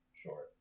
Sure